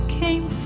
came